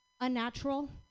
unnatural